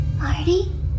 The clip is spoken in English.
Marty